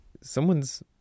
someone's